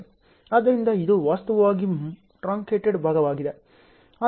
ಆದ್ದರಿಂದ ಇದು ವಾಸ್ತವವಾಗಿ ಮೊಟಕುಗೊಂಡ ಭಾಗವಾಗಿದೆ